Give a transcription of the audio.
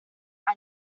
han